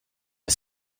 est